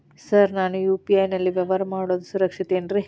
Sir ನಾನು UPI ನಲ್ಲಿ ವ್ಯವಹಾರ ಮಾಡೋದು ಸುರಕ್ಷಿತ ಏನ್ರಿ?